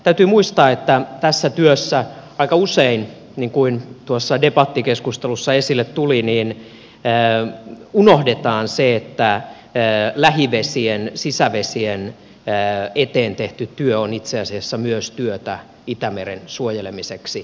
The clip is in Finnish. täytyy muistaa että tässä työssä aika usein niin kuin tuossa debattikeskustelussa esille tuli unohdetaan se että lähivesien sisävesien eteen tehty työ on itse asiassa myös työtä itämeren suojelemiseksi